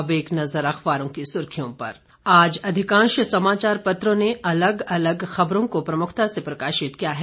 अब एक नजर अखबारों की सुर्खियों पर आज अधिकांश समाचार पत्रों ने अलग अलग खबरों को प्रमुखता से प्रकाशित किया है